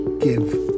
give